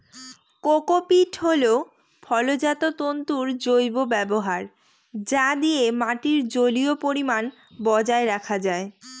cocopeat হল ফলজাত তন্তুর জৈব ব্যবহার যা দিয়ে মাটির জলীয় পরিমান বজায় রাখা যায়